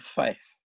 faith